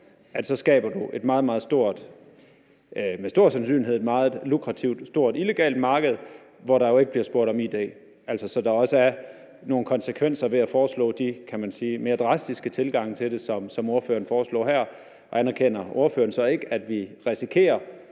så skaber du med stor sandsynlighed et meget lukrativt stort illegalt marked, hvor der jo ikke bliver spurgt om id, så der altså også er nogle konsekvenser ved at foreslå de her mere drastiske tilgange til det, som ordføreren gør her? Og anerkender ordføreren så ikke, at vi risikerer